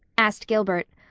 asked gilbert,